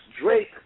Drake